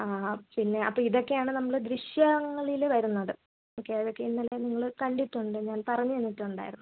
ആ പിന്നെ അപ്പോൾ ഇതൊക്കെയാണ് നമ്മൾ ദൃശ്യങ്ങളിൽ വരുന്നത് ഓക്കെ അതൊക്കെ ഇന്നലെ നിങ്ങൾ കണ്ടിട്ടുണ്ട് ഞാൻ പറഞ്ഞു തന്നിട്ടുണ്ടായിരുന്നു